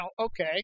okay